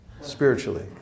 spiritually